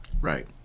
right